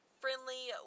friendly